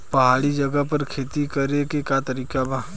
पहाड़ी जगह पर खेती करे के का तरीका बा?